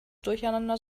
durcheinander